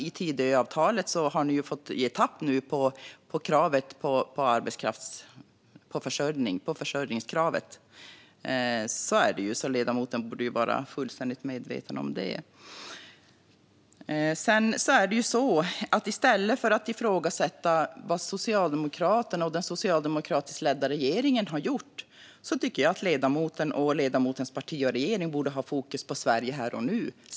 I Tidöavtalet har ni ju fått ge tappt på försörjningskravet, så ledamoten borde vara fullständigt medveten om detta. I stället för att ifrågasätta vad den socialdemokratiskt ledda regeringen gjorde tycker jag att ledamoten och ledamotens parti och regering borde ha fokus på Sverige här och nu.